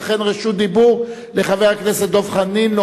ולכן רשות הדיבור לחבר הכנסת דב חנין.